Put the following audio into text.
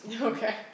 Okay